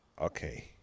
Okay